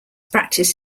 practice